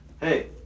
Hey